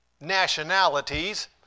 nationalities